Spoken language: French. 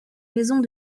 maisons